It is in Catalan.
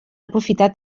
aprofitar